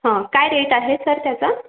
हं काय रेट आहे सर त्याचा